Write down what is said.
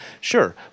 Sure